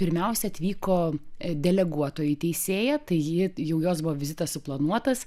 pirmiausia atvyko deleguotoji teisėją tai ji jau jos buvo vizitas suplanuotas